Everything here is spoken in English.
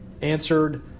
answered